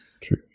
True